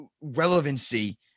relevancy